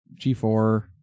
G4